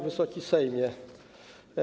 Wysoki Sejmie!